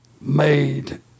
made